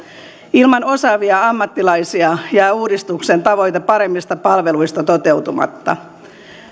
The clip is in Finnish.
ilman osaavia ammattilaisia jää uudistuksen tavoite paremmista palveluista toteutumatta